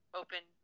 open